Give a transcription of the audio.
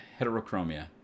heterochromia